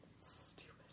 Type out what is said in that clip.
stupid